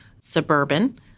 suburban